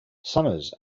summers